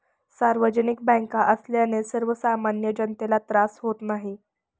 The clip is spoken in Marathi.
सार्वजनिक बँका असल्याने सर्वसामान्य जनतेला त्रास होत नाही